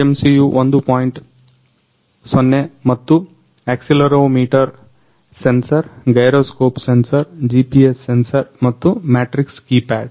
0 ಮತ್ತು accelerometer sensor gyroscope sensor GPS sensor ಮತ್ತು matrix keypad